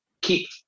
keep